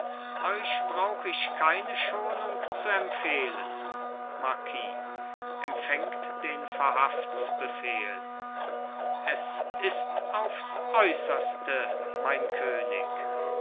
euch brauch ich keine schonung zu empfehlen marquis empfängt den verhaftsbefehl es ist aufs äußerste mein könig